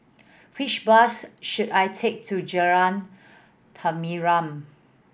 which bus should I take to Jalan Tenteram